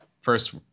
first